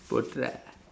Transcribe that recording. போட்டறேன்:poottareen